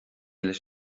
leis